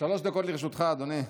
שלוש דקות לרשותך, אדוני.